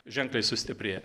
ženkliai sustiprėja